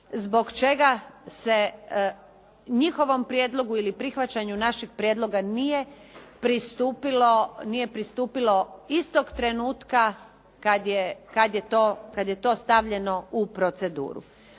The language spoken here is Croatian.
zbog čega se njihovom prijedlogu ili prihvaćanju našeg prijedloga nije pristupilo istog trenutka kad je to stavljeno u proceduru.